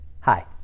Hi